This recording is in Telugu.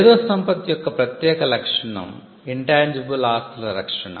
మేధో సంపత్తి యొక్క ప్రత్యేక లక్షణం ముట్టుకోలేనిచూడలేని ఆస్తుల రక్షణ